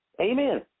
Amen